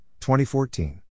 2014